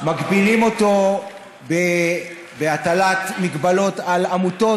מגבילים אותו בהטלת מגבלות על עמותות,